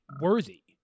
worthy